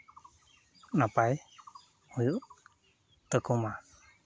ᱱᱟᱯᱟᱭ ᱦᱩᱭᱩᱜ ᱛᱟᱠᱚ ᱢᱟ